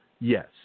Yes